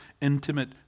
intimate